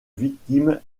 victime